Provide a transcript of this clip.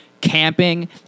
camping